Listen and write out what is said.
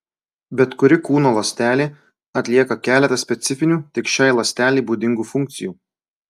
bet kuri kūno ląstelė atlieka keletą specifinių tik šiai ląstelei būdingų funkcijų